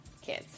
kids